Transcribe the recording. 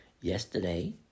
Yesterday